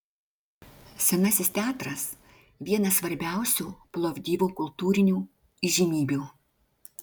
senasis teatras viena svarbiausių plovdivo kultūrinių įžymybių